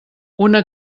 una